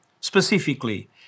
Specifically